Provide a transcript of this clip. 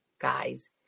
guys